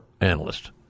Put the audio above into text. analyst